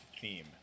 theme